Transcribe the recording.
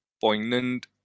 poignant